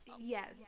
yes